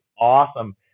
awesome